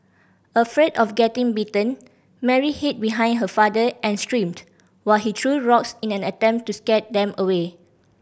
afraid of getting bitten Mary hid behind her father and screamed while he threw rocks in an attempt to scare them away